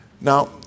Now